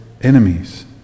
enemies